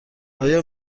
آیا